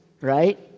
right